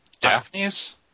Daphne's